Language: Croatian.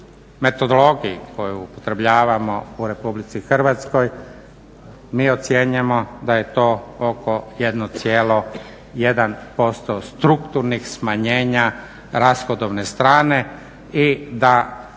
metodologiji koju upotrebljavamo u RH mi ocjenjujemo da je to oko 1,1% strukturnih smanjenja rashodovne strane i da